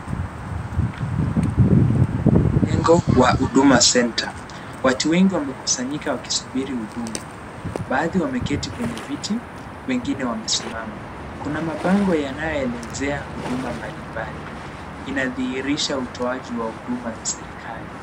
Jengo wa huduma Centre . Watu wengi wamekusanyika wakisubiri huduma. Baadhi wameketi kwenye viti, wengine wamesimama. Kuna mabango yanayoelezea huduma mbalimbali. Inadhihirisha utoaji wa huduma za serikali.